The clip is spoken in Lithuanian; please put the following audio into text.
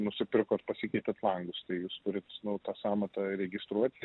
nusipirkot pasikeitėt langus tai jūs turit nu tą sąmatą registruoti